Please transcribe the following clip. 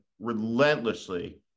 relentlessly